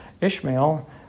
Ishmael